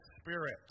spirit